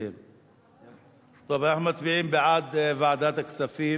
טוב, אנחנו מצביעים בעד ועדת הכספים,